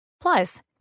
Plus